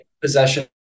Possession